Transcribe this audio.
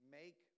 make